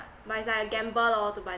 but it's like a gamble lor to buy